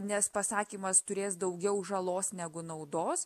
nes pasakymas turės daugiau žalos negu naudos